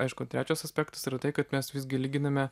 aišku trečias aspektas yra tai kad mes visgi lyginame